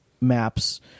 maps